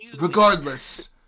regardless